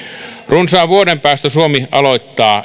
runsaan vuoden päästä suomi aloittaa